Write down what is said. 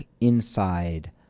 inside